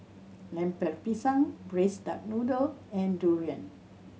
Lemper Pisang Braised Duck Noodle and durian